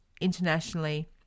internationally